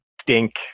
stink